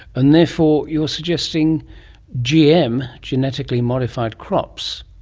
and therefore you're suggesting gm, genetically modified crops,